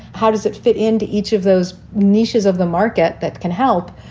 how does it fit into each of those niches of the market that can help?